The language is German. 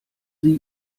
sie